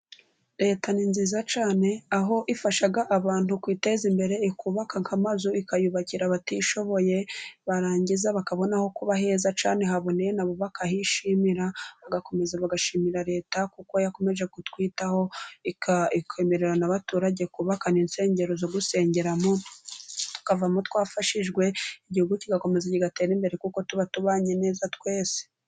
Leta ni nziza cyane, aho ifasha abantu kwiteza imbere, ikubaka nk'amazu ikayubakira abatishoboye barangiza bakabona aho kuba heza cyane haboneye nabo bakahishimira, bagakomeza bagashimira Leta, kuko yakomeje kutwitaho ikemerera n'abaturage kubaka n'insengero zo gusengeramo tukavamo twafashijwe, igihugu kigakomeza kigatera imbere kuko tuba tubanye neza twese.